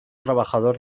trabajador